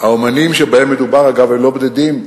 האמנים שבהם מדובר, אגב, הם לא בודדים.